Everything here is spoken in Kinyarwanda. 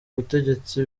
butegetsi